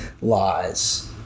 lies